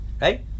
right